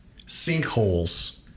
sinkholes